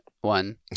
one